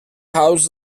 housed